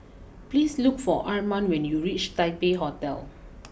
please look for Arman when you reach Taipei Hotel